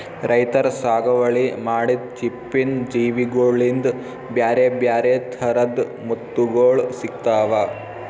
ರೈತರ್ ಸಾಗುವಳಿ ಮಾಡಿದ್ದ್ ಚಿಪ್ಪಿನ್ ಜೀವಿಗೋಳಿಂದ ಬ್ಯಾರೆ ಬ್ಯಾರೆ ಥರದ್ ಮುತ್ತುಗೋಳ್ ಸಿಕ್ತಾವ